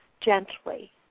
gently